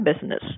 business